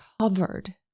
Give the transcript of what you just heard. covered